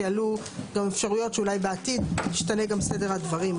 כי עלו גם אפשרויות שאולי בעתיד ישתנה גם סדר הדברים.